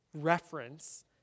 reference